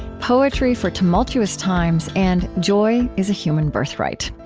poetry for tumultuous times, and joy is a human birthright.